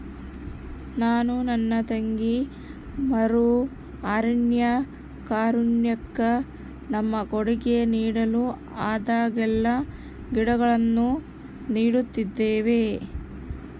ನಾನು ನನ್ನ ತಂಗಿ ಮರು ಅರಣ್ಯೀಕರಣುಕ್ಕ ನಮ್ಮ ಕೊಡುಗೆ ನೀಡಲು ಆದಾಗೆಲ್ಲ ಗಿಡಗಳನ್ನು ನೀಡುತ್ತಿದ್ದೇವೆ